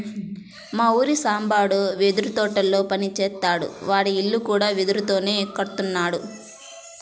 మా ఊరి సాంబడు వెదురు తోటల్లో పని జేత్తాడు, వాడి ఇల్లు కూడా వెదురుతోనే కట్టుకున్నాడు